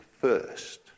first